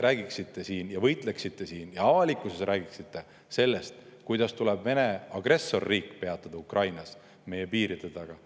räägiksite ja võitleksite siin ja avalikkuses räägiksite sellest, kuidas tuleb Vene agressorriik peatada Ukrainas, meie piiride taga,